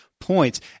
points